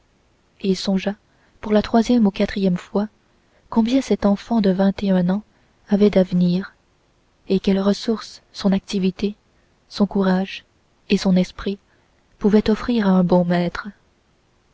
et songea pour la troisième ou quatrième fois combien cet enfant de vingt et un ans avait d'avenir et quelles ressources son activité son courage et son esprit pouvaient offrir à un bon maître